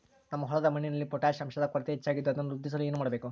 ನಮ್ಮ ಹೊಲದ ಮಣ್ಣಿನಲ್ಲಿ ಪೊಟ್ಯಾಷ್ ಅಂಶದ ಕೊರತೆ ಹೆಚ್ಚಾಗಿದ್ದು ಅದನ್ನು ವೃದ್ಧಿಸಲು ಏನು ಮಾಡಬೇಕು?